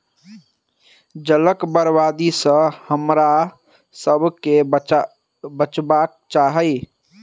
जलक बर्बादी सॅ हमरासभ के बचबाक चाही